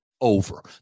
over